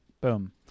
Boom